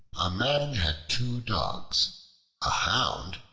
a man had two dogs a hound,